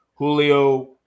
Julio